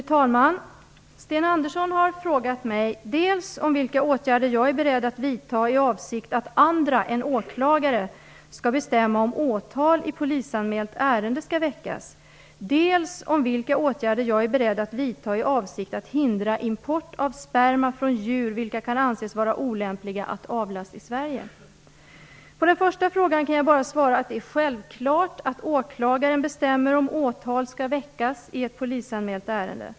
Fru talman! Sten Andersson har frågat mig dels om vilka åtgärder jag är beredd att vidta i avsikt att andra än åklagare skall bestämma om ifall åtal i polisanmält ärenden skall väckas, dels om vilka åtgärder jag är beredd att vidta i avsikt att hindra import av sperma från djur vilka kan anses var olämpliga att avlas i Sverige. På den första frågan kan jag bara svara att det är självklart att åklagaren bestämmer om ifall åtal skall väckas i ett polisanmält ärende.